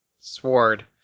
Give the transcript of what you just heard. Sword